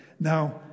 now